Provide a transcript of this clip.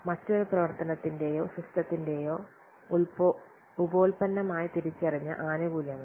മറ്റൊരു പ്രവർത്തനത്തിന്റെയോ സിസ്റ്റത്തിന്റെയോ ഉപോൽപ്പന്നമായി തിരിച്ചറിഞ്ഞ ആനുകൂല്യങ്ങൾ